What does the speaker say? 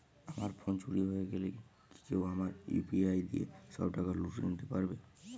আমার ফোন চুরি হয়ে গেলে কি কেউ আমার ইউ.পি.আই দিয়ে সব টাকা তুলে নিতে পারবে?